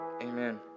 Amen